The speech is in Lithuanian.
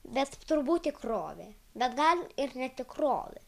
bet turbūt tikrovė bet gal ir ne tikrovė